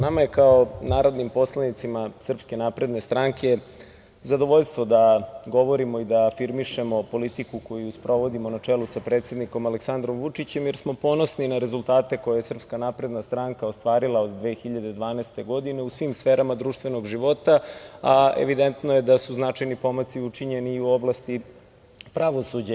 Nama je, kao narodnim poslanicima SNS, zadovoljstvo da govorimo i da afirmišemo politiku koju sprovodimo na čelu sa predsednikom Aleksandrom Vučićem, jer smo ponosni na rezultate koje je SNS ostvarila od 2012. godine u svim sferama društvenog života, a evidentno je da su značajni pomaci učinjeni i u oblasti pravosuđa.